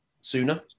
sooner